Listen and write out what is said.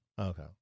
okay